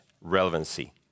relevancy